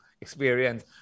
experience